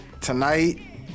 tonight